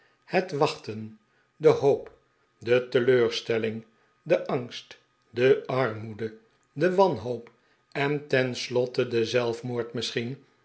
het wachten de hoop de teleurstelling de angst de armoede de wanhoop en ten slotte de zelfmoord misschien